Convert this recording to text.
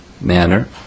manner